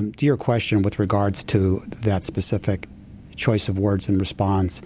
um to your question with regards to that specific choice of words and response